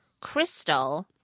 Crystal